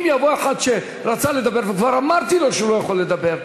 אם יבוא אחד שרצה לדבר וכבר אמרתי לו שהוא לא יכול לדבר,